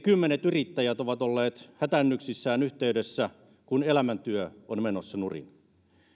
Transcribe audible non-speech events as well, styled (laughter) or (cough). (unintelligible) kymmenet yrittäjät ovat olleet hätäännyksissään yhteydessä kun elämäntyö on menossa nurin